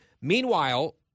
Meanwhile